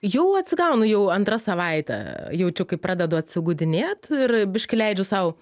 jau atsigaunu jau antra savaitė jaučiu kaip pradedu atsigaudinėt ir biškį leidžiu sau